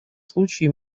случае